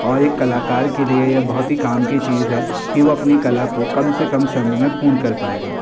और एक कलाकार के लिए यह बहुत ही काम चीज़ है कि वह अपनी कला को कम से कम समय में पूर्ण कर पाएगा